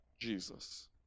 Jesus